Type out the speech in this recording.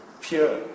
pure